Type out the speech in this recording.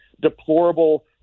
deplorable